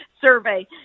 survey